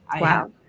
Wow